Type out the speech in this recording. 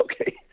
okay